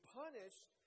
punished